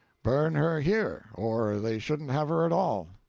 burn her here, or they shouldn't have her at all.